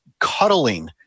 Cuddling